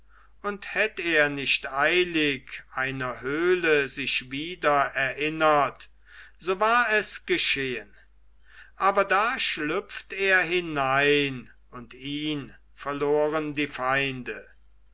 und hätt er nicht eilig einer höhle sich wieder erinnert so war es geschehen aber da schlupft er hinein und ihn verloren die feinde